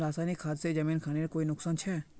रासायनिक खाद से जमीन खानेर कोई नुकसान छे?